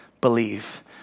believe